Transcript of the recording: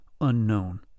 unknown